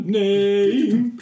name